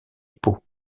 pau